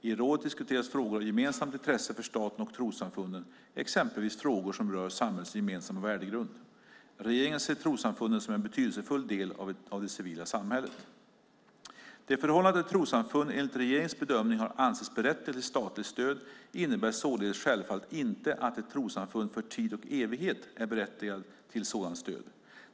I rådet diskuteras frågor av gemensamt intresse för staten och trossamfunden, exempelvis frågor som rör samhällets gemensamma värdegrund. Regeringen ser trossamfunden som en betydelsefull del av det civila samhället. Det förhållandet att ett trossamfund enligt regeringens bedömning har ansetts berättigat till statligt stöd innebär således självfallet inte att ett trossamfund för "tid och evighet" är berättigat till sådant stöd.